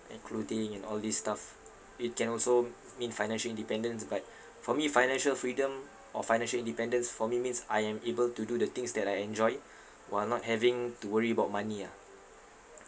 and clothing and all these stuff it can also mean financial independence but for me financial freedom or financial independence for me means I am able to do the things that I enjoy while not having to worry about money ah